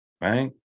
Right